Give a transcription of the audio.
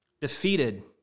defeated